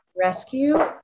Rescue